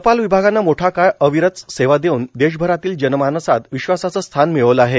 टपाल विभागाने मोठा काळ अविरत सेवा देऊन देशभरातील जनमानसात विश्वासाचे स्थान मिळवले आहे